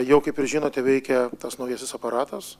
jau kaip ir žinote veikia tas naujasis aparatas